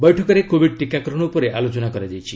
ବୈଠକରେ କୋବିଡ୍ ଟିକାକରଣ ଉପରେ ଆଲୋଚନା କରାଯାଇଛି